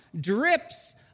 drips